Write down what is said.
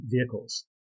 vehicles